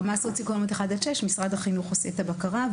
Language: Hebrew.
ברמה סוציו-אקונומית אחת עד שש משרד החינוך עושה את הבקרה,